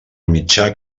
mitjà